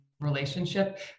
relationship